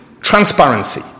Transparency